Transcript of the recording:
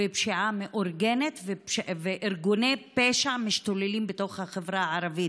ופשיעה מאורגנת וארגוני פשע משתוללים בתוך החברה הערבית.